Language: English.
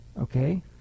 Okay